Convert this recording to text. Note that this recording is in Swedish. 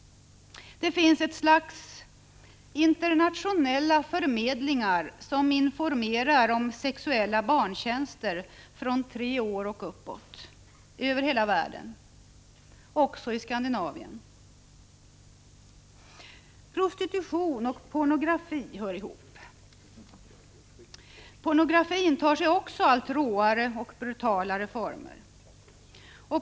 Det finns ett slags internationella förmedlingar som informerar om sexuella barntjänster — från tre år och uppåt — över hela världen, också i Skandinavien. Prostitution och pornografi hör ihop. Pornografin tar sig också allt råare och brutalare former.